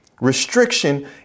Restriction